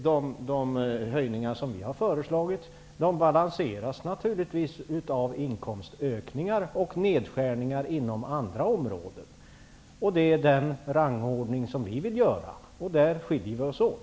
De höjningar som vi har föreslagit balanseras naturligtvis av inkomstökningar och nedskärningar inom andra områden. Det är den rangordning som vi vill göra. I det avseendet skiljer vi oss åt.